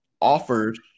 offered